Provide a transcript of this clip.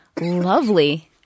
lovely